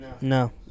No